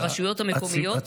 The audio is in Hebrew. ברשויות המקומיות,